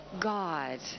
God